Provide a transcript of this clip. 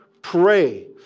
Pray